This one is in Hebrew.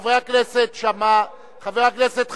חבר הכנסת שאמה, חבר הכנסת חסון,